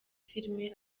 filimi